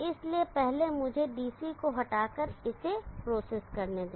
इसलिए पहले मुझे डीसी को हटाकर इसे प्रोसेस करने दें